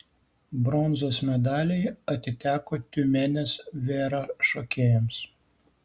bronzos medaliai atiteko tiumenės vera šokėjams